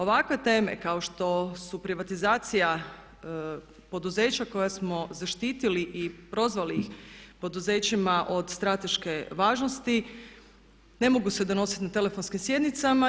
Ovakve teme kao što su privatizacija poduzeća koja smo zaštitili i prozvali ih poduzećima od strateške važnosti ne mogu se donositi na telefonskim sjednicama.